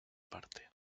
parte